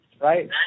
right